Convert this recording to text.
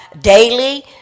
daily